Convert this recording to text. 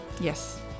Yes